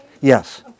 Yes